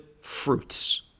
fruits